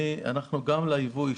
אנחנו גם בייבוא האישי,